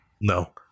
No